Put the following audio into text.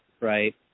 right